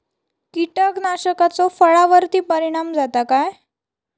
कीटकनाशकाचो फळावर्ती परिणाम जाता काय?